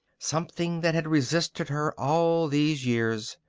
something that had resisted her all these years.